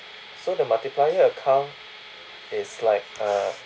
so the multiplier account is like a